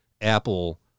Apple